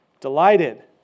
Delighted